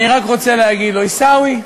אני רק רוצה להגיד לו: עיסאווי,